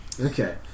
Okay